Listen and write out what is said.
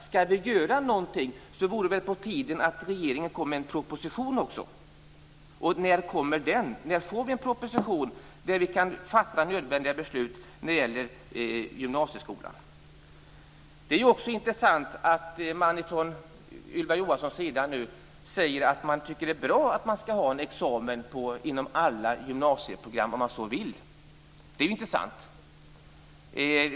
Skall vi göra något vore det på tiden att regeringen kom med en proposition. När kommer den? När får vi en proposition så att vi kan fatta nödvändiga beslut när det gäller gymnasieskolan? Det är också intressant att Ylva Johansson nu säger att hon tycker att det är bra att det skall finnas en examen för alla gymnasieprogram, om man så vill. Det är intressant.